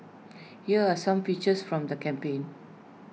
here are some pictures from the campaign